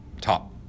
top